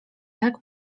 tak